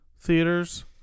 theaters